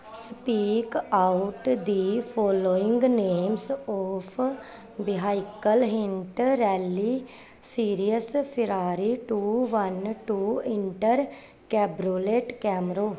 speak out the following names of vehicle hint rally serious Ferrari two one two inter cabriolet Camaro